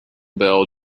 bell